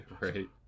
right